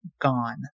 gone